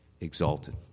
exalted